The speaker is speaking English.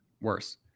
worse